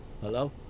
Hello